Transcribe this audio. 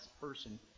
person